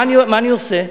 מה אני עושה?